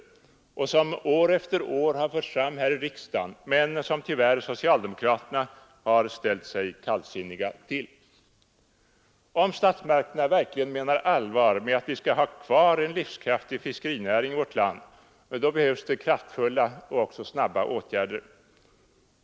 Krav i den riktningen har år efter år förts fram i riksdagen, men socialdemokraterna har tyvärr ställt sig kallsinniga till dem. Om statsmakterna verkligen menar allvar med att vi skall ha kvar en livskraftig fiskerinäring i vårt land, behövs det kraftfulla och snabba åtgärder.